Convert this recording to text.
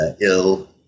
ill